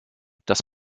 das